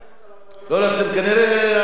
אתם כנראה עשיתם דיון סיעתי.